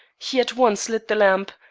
he at once lit the lamp,